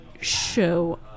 show